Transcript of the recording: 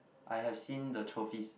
I have seen the trophies